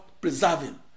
preserving